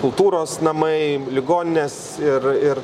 kultūros namai ligoninės ir ir